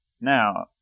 Now